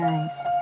Nice